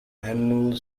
annual